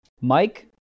Mike